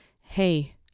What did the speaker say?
hey